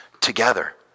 together